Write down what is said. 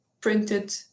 Printed